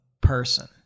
person